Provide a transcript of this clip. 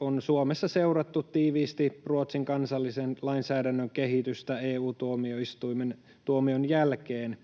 on Suomessa seurattu tiiviisti Ruotsin kansallisen lainsäädännön kehitystä EU-tuomioistuimen tuomion jälkeen